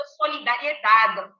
solidariedade